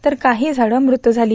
तर काही झाडं मृत झाली